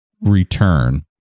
return